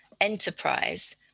enterprise